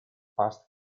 past